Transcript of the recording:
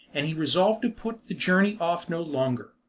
and he resolved to put the journey off no longer.